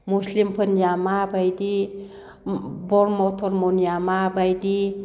मुसलिमफोरनिया माबायदि ब्रह्म धोरोमनिया माबायदि